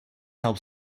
help